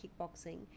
kickboxing